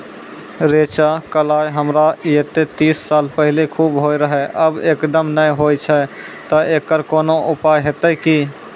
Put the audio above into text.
रेचा, कलाय हमरा येते तीस साल पहले खूब होय रहें, अब एकदम नैय होय छैय तऽ एकरऽ कोनो उपाय हेते कि?